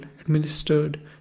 administered